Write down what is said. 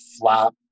flap